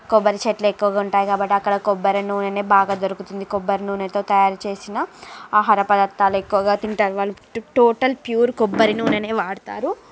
కొబ్బరి చెట్లు ఎక్కువగా ఉంటాయి కాబట్టి అక్కడ కొబ్బరి నూనె బాగా దొరుకుతుంది కొబ్బరి నూనెతో తయారు చేసిన ఆహార పదార్థాలు ఎక్కువగా తింటారు వాళ్ళకి టోటల్ ప్యూర్ కొబ్బరి నూనెనే వాడుతారు